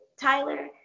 Tyler